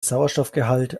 sauerstoffgehalt